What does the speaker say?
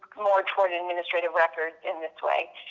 more towards administrative records in this way